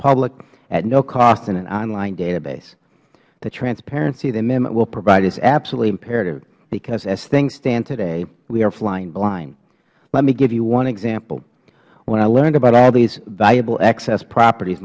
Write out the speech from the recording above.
public at no cost on an online database the transparency the amendment will provide is absolutely imperative because as things stand today we are flying blind let me give you one example when i learned about all these valuable excess properties